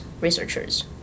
researchers